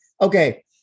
Okay